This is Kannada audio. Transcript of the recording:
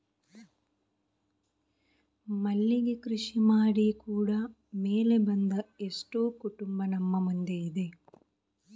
ಮಲ್ಲಿಗೆ ಕೃಷಿ ಮಾಡಿ ಕೂಡಾ ಮೇಲೆ ಬಂದ ಎಷ್ಟೋ ಕುಟುಂಬ ನಮ್ಮ ಮುಂದೆ ಇದೆ